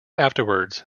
afterwards